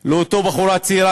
לאותה בחורה צעירה,